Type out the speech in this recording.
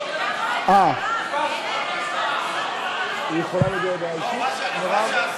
היא יכולה להביע דעה אישית, מרב?